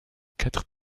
quatre